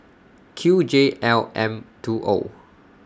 Q J L M two O